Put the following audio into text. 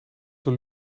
door